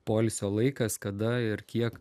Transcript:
poilsio laikas kada ir kiek